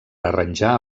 arranjar